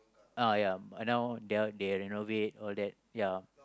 uh ya now their they renovate all that ya